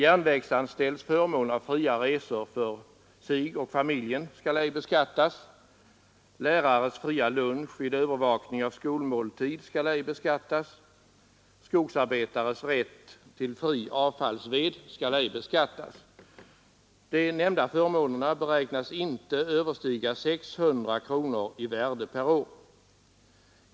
Järnvägsanställds förmån av fria resor för sig och familjen skall ej beskattas. Lärares fria lunch vid övervakning av skolmåltid skall ej beskattas. Skogsarbetares rätt till fri avfallsved skall ej beskattas. De nämnda förmånerna beräknas inte överstiga 600 kronor i värde per år.